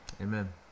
Amen